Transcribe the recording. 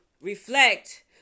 reflect